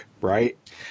right